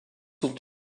ont